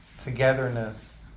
togetherness